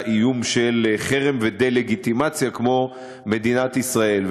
איום של חרם ודה-לגיטימציה כמו מדינת ישראל,